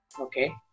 okay